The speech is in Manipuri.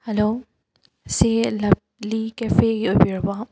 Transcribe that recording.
ꯍꯜꯂꯣ ꯁꯤ ꯂꯕꯂꯤ ꯀꯦꯐꯦꯒꯤ ꯑꯣꯏꯕꯤꯔꯕꯣ